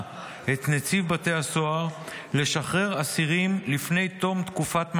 את נציב בתי הסוהר לשחרר אסירים לפני תום תקופת מאסרם,